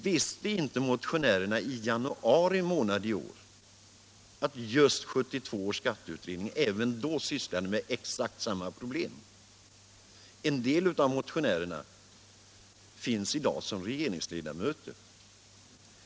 Visste inte motionärerna i januari månad i år att 1972 års skatteutredning även då sysslade med exakt samma problem? En del av motionärerna är i dag regeringsledamöter.